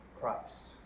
Christ